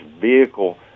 vehicle